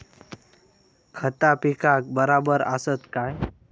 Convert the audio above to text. खता पिकाक बराबर आसत काय?